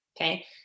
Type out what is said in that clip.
okay